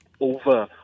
over